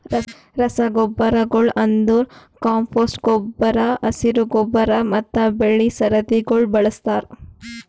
ರಸಗೊಬ್ಬರಗೊಳ್ ಅಂದುರ್ ಕಾಂಪೋಸ್ಟ್ ಗೊಬ್ಬರ, ಹಸಿರು ಗೊಬ್ಬರ ಮತ್ತ್ ಬೆಳಿ ಸರದಿಗೊಳ್ ಬಳಸ್ತಾರ್